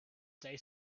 say